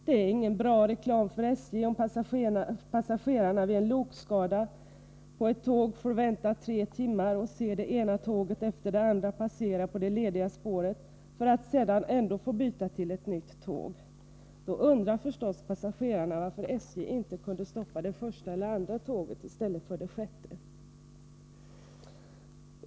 Det är ingen bra reklam för SJ om passagerarna vid en lokskada på ett tåg får vänta tre timmar och se det ena tåget efter det andra passera på det lediga spåret för att sedan ändå få byta till ett nytt tåg. Då undrar förstås passagerarna varför inte SJ kunde stoppa det första eller andra tåget i stället för det sjätte.